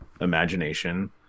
imagination